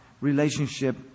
relationship